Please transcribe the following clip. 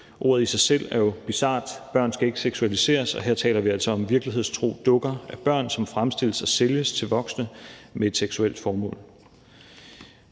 Ordet i sig selv er jo bizart. Børn skal ikke seksualiseres, og her taler vi altså om virkelighedstro dukker af børn, som fremstilles og sælges til voksne med et seksuelt formål.